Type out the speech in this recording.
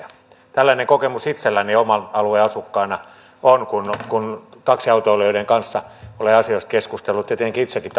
tällainen kokemus itselläni oman alueeni asukkaana on kun kun taksiautoilijoiden kanssa olen asioista keskustellut ja tietenkin itsekin